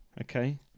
Okay